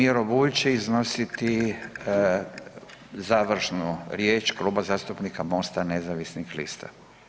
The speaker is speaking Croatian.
G. Miro Bulj će iznositi završnu riječ Kluba zastupnika Mosta nezavisnih lista.